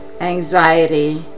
anxiety